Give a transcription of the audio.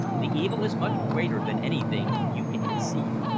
the evil is much greater than anything you can conceive.